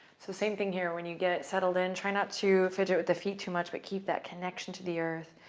so same thing here, when you get settled in, try not to fidget with the feet too much, but keep that connection to the earth.